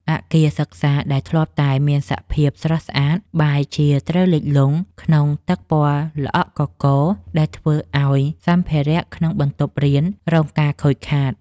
អគារសិក្សាដែលធ្លាប់តែមានសភាពស្រស់ស្អាត បែរជាត្រូវលិចលង់ក្នុងទឹកពណ៌ល្អក់កករ ដែលធ្វើឱ្យសម្ភារក្នុងបន្ទប់រៀនរងការខូចខាត។